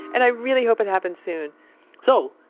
and i really hope it happens soon so,